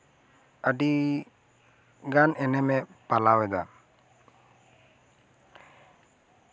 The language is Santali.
ᱟᱹᱰᱤ ᱜᱟᱱ ᱮᱱᱮᱢᱮ ᱯᱟᱞᱟᱣᱮᱫᱟ